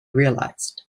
realized